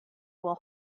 will